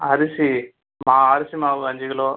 அரிசி மா அரிசி மாவு அஞ்சு கிலோ